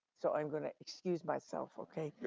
so i'm gonna excuse myself, okay.